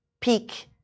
peak